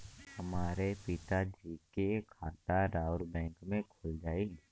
हमरे पिता जी के खाता राउर बैंक में खुल जाई?